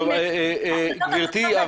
גברתי,